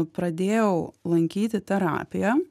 pradėjau lankyti terapiją